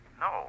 No